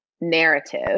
narrative